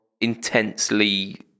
intensely